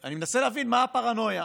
אני מנסה להבין מה הפרנויה.